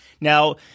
Now